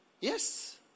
Yes